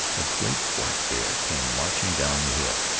a great blackbear came marching down the hill.